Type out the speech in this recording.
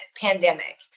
pandemic